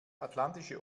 atlantische